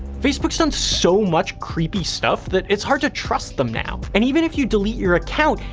facebook's done so much creepy stuff, that it's hard to trust them now. and even if you delete your account,